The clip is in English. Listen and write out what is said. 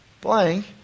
blank